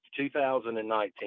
2019